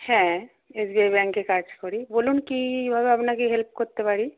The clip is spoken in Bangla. হ্যাঁ এস বি আই ব্যাংকে কাজ করি বলুন কীভাবে আপনাকে হেল্প করতে পারি